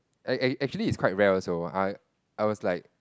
I I actually it's quite rare also I I was like